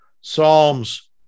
Psalms